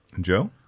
Joe